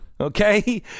Okay